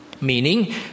meaning